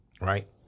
right